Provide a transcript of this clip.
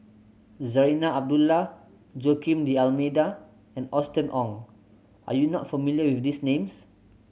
Zarinah Abdullah Joaquim D'Almeida and Austen Ong are you not familiar with these names